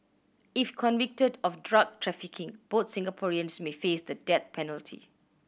if convicted of drug trafficking both Singaporeans may face the death penalty